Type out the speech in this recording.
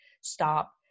stop